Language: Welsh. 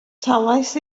talais